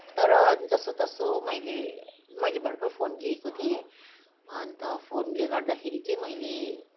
तर जसोतसो मैले मैले भर्खर फोन लिएको थिएँ अन्त फोनले गर्दाखेरि चाहिँ मैले